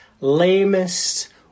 lamest